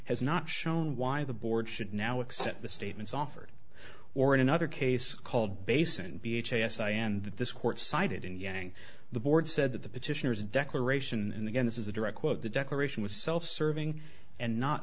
has not shown why the board should now accept the statements offered or in another case called base and b h s i and that this court cited in getting the board said that the petitioners declaration and again this is a direct quote the declaration was self serving and not